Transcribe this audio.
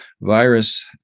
virus